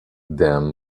them